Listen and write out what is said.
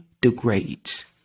degrades